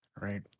right